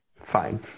Fine